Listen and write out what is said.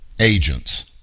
agents